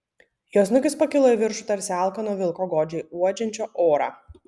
jo snukis pakilo į viršų tarsi alkano vilko godžiai uodžiančio orą